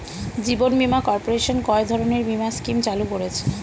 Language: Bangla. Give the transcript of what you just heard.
জীবন বীমা কর্পোরেশন কয় ধরনের বীমা স্কিম চালু করেছে?